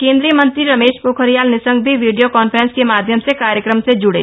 कैंद्रीय मंत्री रमेश पोखरियाल निशंक भी video conference के माध्यम से कार्यक्रम से जुड़े